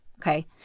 Okay